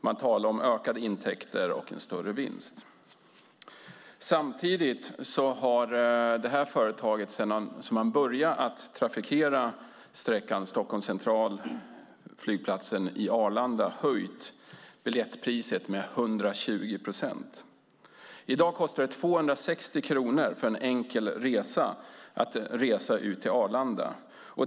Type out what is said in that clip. Man talade om ökade intäkter och större vinst. Samtidigt har företaget sedan det började trafikera sträckan Stockholms central-Arlanda flygplats höjt biljettpriset med 120 procent. I dag kostar en enkel resa ut till Arlanda 260 kronor.